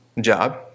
job